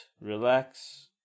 relax